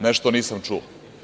Nešto nisam čuo.